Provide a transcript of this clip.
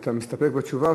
אתה מסתפק בתשובה,